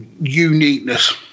uniqueness